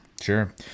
Sure